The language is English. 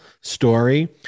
story